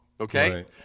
Okay